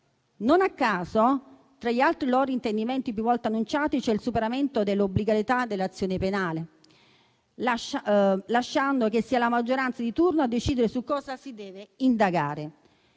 Non a caso, tra gli altri loro intendimenti più volte annunciati vi è il superamento dell'obbligatorietà dell'azione penale, lasciando che sia la maggioranza di turno a decidere su cosa si deve indagare.